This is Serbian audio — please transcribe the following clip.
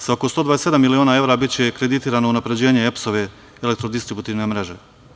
Sa oko 127 miliona evra biće kreditirano unapređenje EPS-ove elektrodistributivne mreže.